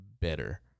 better